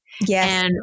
Yes